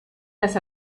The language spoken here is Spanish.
las